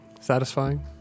Satisfying